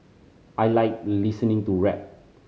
I like listening to rap